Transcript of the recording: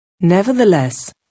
Nevertheless